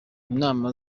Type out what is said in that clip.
inama